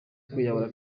kwiyahura